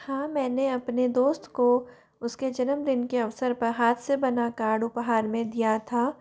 हाँ मैंने अपने दोस्त को उसके जन्मदिन के अवसर पर हाथ से बना कार्ड उपहार में दिया था